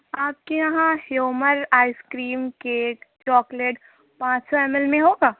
آپ کے یہاں Havmor ice cream cake chocolate پانچ سو ایم ایل میں ہوگا